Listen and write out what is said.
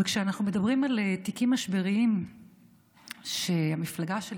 וכשאנחנו מדברים על תיקים משבריים שהמפלגה שלי,